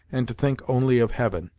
and to think only of heaven.